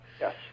Yes